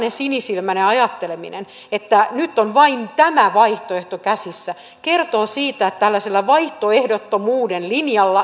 sellainen sinisilmäinen ajatteleminen että nyt on vain tämä vaihtoehto käsissä kertoo siitä että tällaisella vaihtoehdottomuuden linjalla ei tule mitään